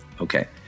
Okay